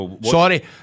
Sorry